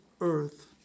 earth